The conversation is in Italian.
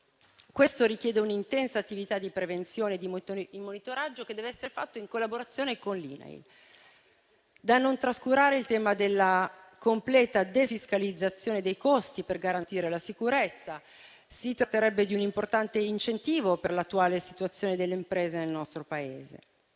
Questo richiede un'intensa attività di prevenzione e di monitoraggio che deve essere fatta in collaborazione con l'INAIL. Da non trascurare è anche il tema della completa defiscalizzazione dei costi per garantire la sicurezza: si tratterebbe di un importante incentivo per l'attuale situazione delle imprese nel nostro Paese.